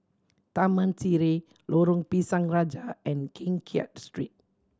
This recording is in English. Taman Sireh Lorong Pisang Raja and Keng Kiat Street